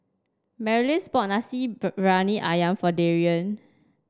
Marlys bought Nasi Briyani ayam for Darrian